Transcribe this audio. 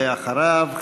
ואחריו,